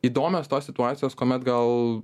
įdomios tos situacijos kuomet gal